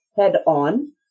head-on